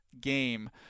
game